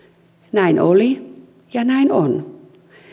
näin oli ja näin on